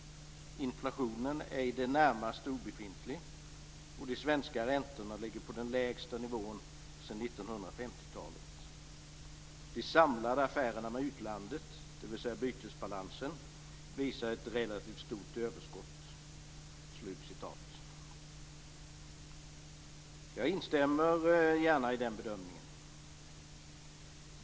Inflationen är i det närmaste obefintlig. De svenska räntorna ligger på den lägsta nivån sedan 1950-talet. De samlade affärerna med utlandet, dvs. bytesbalansen, visar ett relativt stort överskott." Jag instämmer gärna i den bedömningen.